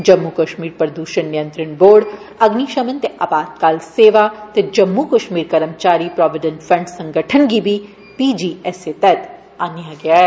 जम्मू कश्मीर प्रदूषण नियंत्रण बोर्ड अगनिश्मन ते आपातकाल सेवा ते जम्मू कश्मीर कर्मचारी प्रोविन्ट फन्ड संगठन गी B P G S A तैहत आनेआ गेआ ऐ